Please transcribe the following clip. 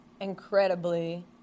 incredibly